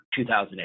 2008